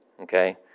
Okay